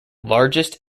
largest